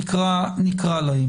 נקרא לה.